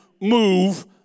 move